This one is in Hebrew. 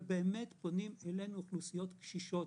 ובאמת פונים אלינו אוכלוסיות קשישות,